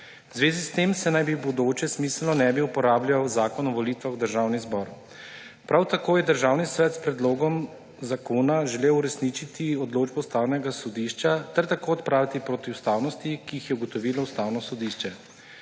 V zvezi s tem se naj v bodoče smiselno ne bi uporabljal Zakona o volitvah v državni zbor. Prav tako je Državni svet s predlogom zakona želel uresničiti odločbo Ustavnega sodišča ter tako odpraviti protiustavnosti, ki jih je ugotovilo Ustavno sodišče,